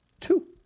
Two